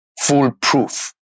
foolproof